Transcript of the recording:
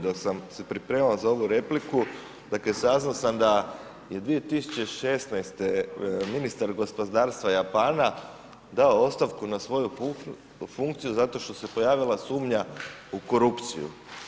Dok sam se pripremao za ovu replika saznao sam da je 2016. ministar gospodarstva Japana dao ostavku na svoju funkciju zato što se pojavila sumnja u korupciju.